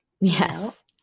Yes